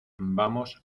vamos